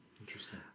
Interesting